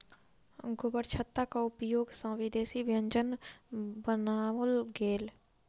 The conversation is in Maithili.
गोबरछत्ताक उपयोग सॅ विदेशी व्यंजनक बनाओल गेल